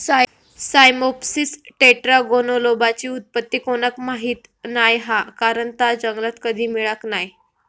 Cyamopsis टेट्रागोनोलोबाची उत्पत्ती कोणाक माहीत नाय हा कारण ता जंगलात कधी मिळाक नाय